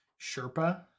Sherpa